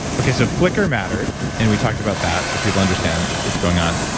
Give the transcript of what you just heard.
okay, so flicker mattered, and we talked about that, so people understand is what's going on.